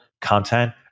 content